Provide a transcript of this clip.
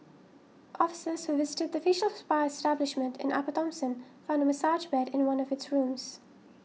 officers who visited the facial spa establishment in Upper Thomson found a massage bed in one of its rooms